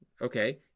Okay